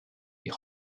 est